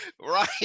right